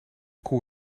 koe